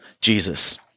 Jesus